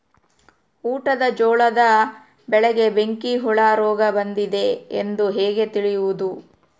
ಊಟದ ಜೋಳದ ಬೆಳೆಗೆ ಬೆಂಕಿ ಹುಳ ರೋಗ ಬಂದಿದೆ ಎಂದು ಹೇಗೆ ತಿಳಿಯುವುದು?